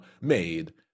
made